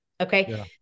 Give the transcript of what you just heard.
Okay